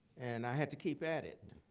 and i had to keep at it